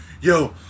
yo